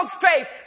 faith